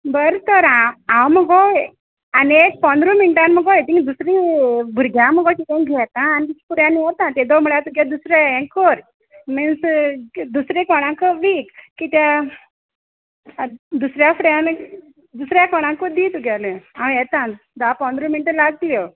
बर तर आं आंव मुगो आनी एक पंद्र मिण्टान मुगो ए थिंगां दुसरी भुरग्यां मगो किदें घेता आनी फुड्यान वता तेदो म्हणल्यार तुगे दुसरे हें कर मिन्स दुसरे कोणाक वीक कित्या आतां दुसऱ्या फुड्यान दुसऱ्या कोणाकू दी तुगेलें हांव येता धा पंद्र मिण्ट लागल्यो